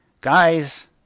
guys